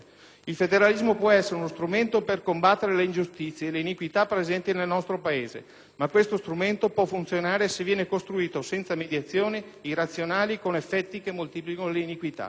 Il federalismo può essere uno strumento per combattere le ingiustizie e le iniquità presenti nel nostro Paese, ma questo strumento può funzionare se viene costruito senza mediazioni irrazionali con effetti che moltiplicano le iniquità.